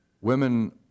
women